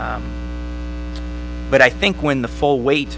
yes but i think when the full weight